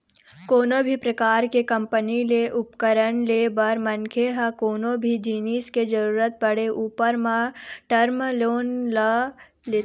कोनो भी परकार के कंपनी के उपकरन ले बर मनखे ह कोनो भी जिनिस के जरुरत पड़े ऊपर म टर्म लोन ल लेथे